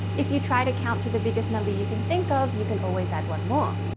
if you try to count to the biggest number you can think of you can always add one more.